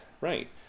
right